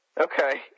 Okay